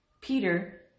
Peter